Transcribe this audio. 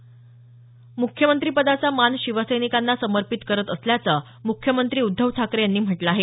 म्रख्यमंत्रीपदाचा मान शिवसैनिकांना समर्पित करत असल्याचं मुख्यमंत्री उद्धव ठाकरे यांनी म्हटलं आहे